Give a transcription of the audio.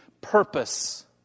purpose